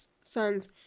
sons